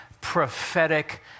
prophetic